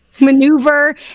Maneuver